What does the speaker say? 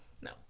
No